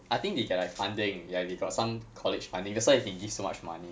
I think they get like funding ya they got some college funding that's why they can give so much money